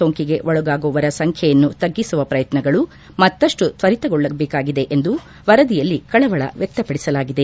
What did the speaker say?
ಸೋಂಕಿಗೆ ಒಳಗಾಗುವವರ ಸಂಖ್ಯೆಯನ್ನು ತಗ್ಗಿಸುವ ಪ್ರಯತ್ನಗಳು ಮತ್ತಪ್ಟು ತ್ವರೆಗೊಳ್ಳಬೇಕಾಗಿದೆ ಎಂದು ವರದಿಯಲ್ಲಿ ಕಳವಳ ವ್ಚಕ್ತಪಡಿಸಲಾಗಿದೆ